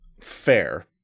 fair